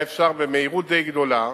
היה אפשר במהירות די גדולה